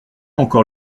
encore